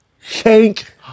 shank